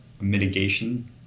mitigation